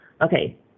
Okay